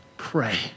pray